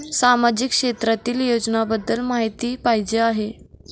सामाजिक क्षेत्रातील योजनाबद्दल माहिती पाहिजे आहे?